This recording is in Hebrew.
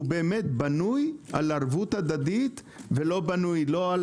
שבנוי באמת על ערבות הדדית ולא בנוי לא על